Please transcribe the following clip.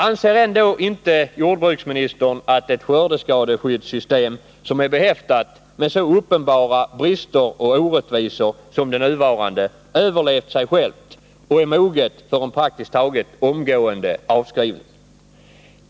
Anser ändå inte jordbruksministern att ett skördeskadeskyddssystem som är behäftat med så uppenbara brister och orättvisor som det nuvarande överlevt sig självt och praktiskt taget omgående är moget för en avskrivning?